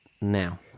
now